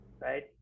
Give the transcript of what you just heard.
Right